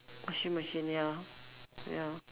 washing machine ya ya